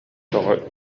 тоҕо